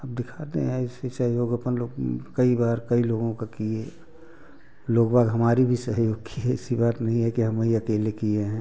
अब दिखाते हैं ऐसे सहयोग अपन लोग कई बार कई लोगों का किए लोग बाग हमारी भी सहयोग किए ऐसी बात नहीं है कि हम ही अकेले किए हैं